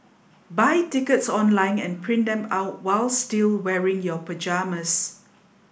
buy tickets online and print them out while still wearing your pyjamas